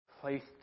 placed